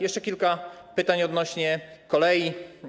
Jeszcze kilka pytań odnośnie do kolei.